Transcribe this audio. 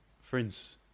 Friends